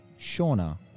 shauna